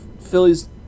Phillies